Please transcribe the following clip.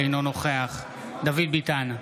אינו נוכח דוד ביטן,